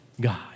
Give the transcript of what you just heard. God